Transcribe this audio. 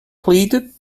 pleaded